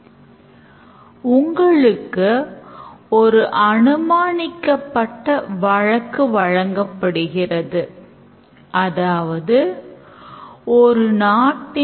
நாம் வெவ்வேறு காட்சிகள் என்ன முக்கிய காட்சி மாற்று ஓட்டம் மற்றும் பலவற்றைக் காண்போம்